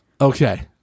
Okay